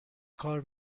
کار